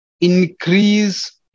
increase